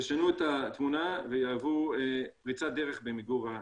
ישנו את התמונה ויהוו פריצת דרך במיגור הנגיף.